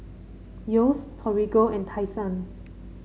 Yeo's Torigo and Tai Sun